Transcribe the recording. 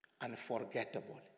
Unforgettable